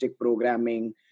programming